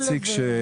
איציק,